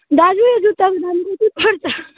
दाजु जुत्ताको दाम कति पर्छ